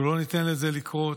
אנחנו לא ניתן לזה לקרות.